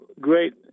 great